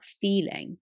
feeling